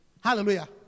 Hallelujah